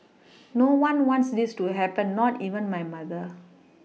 no one wants this to happen not even my mother